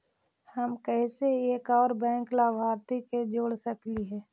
हम कैसे एक और बैंक लाभार्थी के जोड़ सकली हे?